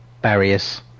barriers